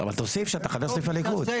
אבל תוסיף שאתה חבר סניף הליכוד.